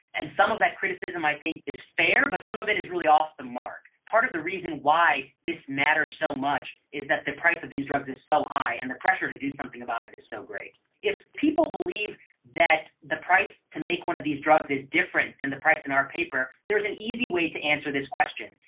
and some of that criticism i think is fair but some of it is really off the mark. part of the reason why this matters so much is that the price of these drugs is so high and the pressure to do something about it is so great. if people believe that the price to make one of these drugs is different than the price in our paper, there is an easy way to answer this question.